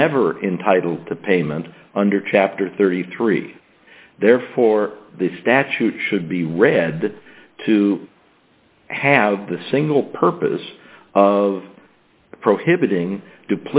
never entitle to payment under chapter thirty three dollars therefore the statute should be read to have the single purpose of prohibiting